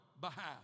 behalf